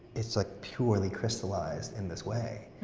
is like purely crystallized in this whey.